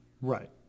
Right